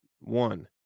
one